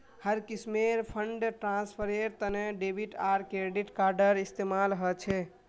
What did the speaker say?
हर किस्मेर फंड ट्रांस्फरेर तने डेबिट आर क्रेडिट कार्डेर इस्तेमाल ह छे